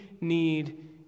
need